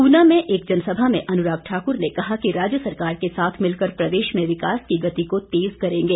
ऊना में एक जनसभा में अनुराग ठाकुर ने कहा कि राज्य सरकार के साथ मिलकर प्रदेश में विकास की गति को तेज करेंगे